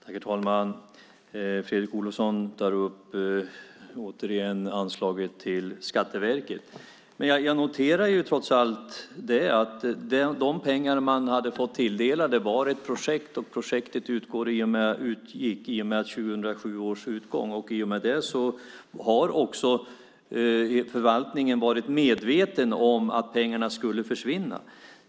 Herr talman! Återigen tar Fredrik Olovsson upp anslaget till Skatteverket. Jag noterar trots allt att de pengar som verket hade fått tilldelat gällde ett projekt. Projektet utgår i och med 2007 års utgång. I och med det har också förvaltningen varit medveten om att pengarna skulle försvinna.